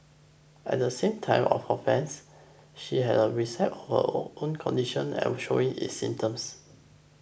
at the same time of the offence she had a recipe of her all condition and was showing its symptoms